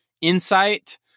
insight